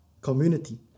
community